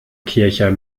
kircher